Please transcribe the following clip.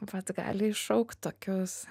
vat gali iššaukt tokius